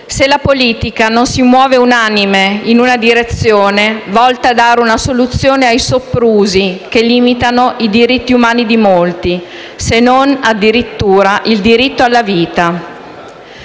se la politica non si muove unanime in una direzione volta a dare una soluzione ai soprusi che limitano i diritti umani di molti, se non addirittura il diritto alla vita.